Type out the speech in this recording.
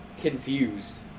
confused